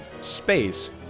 space